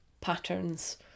patterns